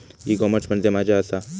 E commerce म्हणजे मझ्या आसा?